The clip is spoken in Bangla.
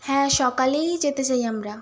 হ্যাঁ সকালেই যেতে চাই আমরা